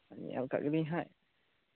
ᱧᱮᱞ ᱠᱟᱜ ᱜᱮᱞᱤᱧ ᱦᱟᱜ